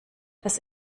das